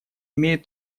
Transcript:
имеют